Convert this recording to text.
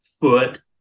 foot